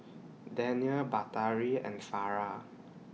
Danial Batari and Farah